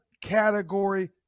category